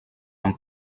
amb